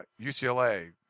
UCLA